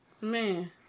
Man